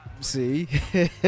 See